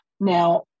Now